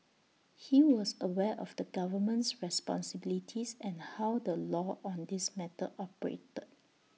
he was aware of the government's responsibilities and how the law on this matter operated